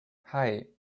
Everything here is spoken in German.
hei